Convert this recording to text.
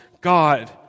God